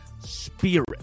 spirit